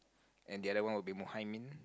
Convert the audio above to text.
and the other one would be Muhaimin